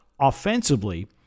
offensively